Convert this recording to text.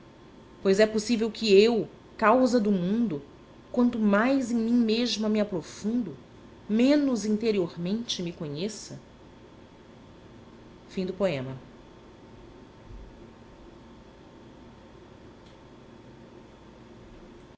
pois é possível que eu causa do mundo quando mais em mim mesma me aprofundo menos interiormente me conheça em